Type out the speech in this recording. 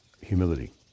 humility